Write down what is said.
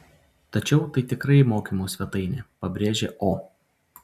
tačiau tai tikrai mokymų svetainė pabrėžė o